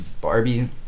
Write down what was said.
Barbie